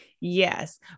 Yes